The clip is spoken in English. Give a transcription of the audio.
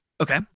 Okay